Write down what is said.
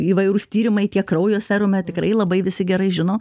įvairūs tyrimai tie kraujo serume tikrai labai visi gerai žino